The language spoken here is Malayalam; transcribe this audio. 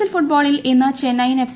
എൽ ഫുട്ബോളിൽ ഇന്ന് ചെന്നൈയിൻ എഫ്